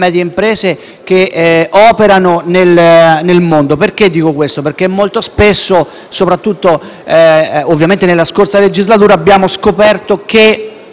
medie imprese che operano nel mondo. Dico questo perché molto spesso, soprattutto nella scorsa legislatura, abbiamo scoperto che